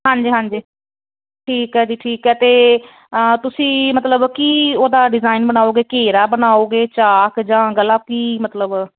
ਹਾਂਜੀ ਹਾਂਜੀ ਠੀਕ ਹੈ ਜੀ ਠੀਕ ਹੈ ਤਾਂ ਤੁਸੀਂ ਮਤਲਬ ਕਿ ਉਹਦਾ ਡਿਜ਼ਾਇਨ ਬਣਾਓਗੇ ਘੇਰਾ ਬਣਾਓਗੇ ਚਾਕ ਜਾਂ ਗਲਾ ਕੀ ਮਤਲਬ